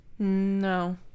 No